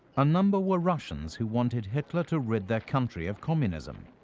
a number were russians who wanted hitler to rid their country of communism.